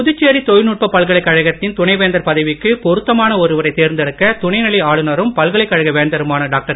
புதுச்சேரி தொழில்நுட்பப் பல்கலைக்கழகத்தின் துணைவேந்தர் பதவிக்கு பொருத்தமான ஒருவரைத் தேர்ந்தெடுக்க துணைநிலை ஆளுனரும் பல்கலைக்கழக வேந்தருமான டாக்டர்